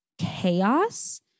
chaos